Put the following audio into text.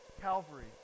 Calvary